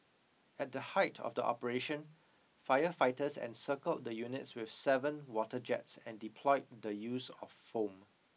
at the height of the operation firefighters encircled the units with seven water jets and deployed the use of foam